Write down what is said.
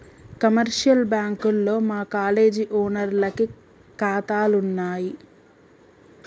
commercial బ్యాంకుల్లో మా college ఓనర్లకి కాతాలున్నయి